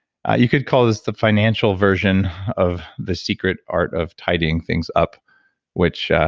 you could call this the financial version of the secret art of tidying things up which, ah